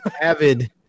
avid